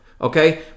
okay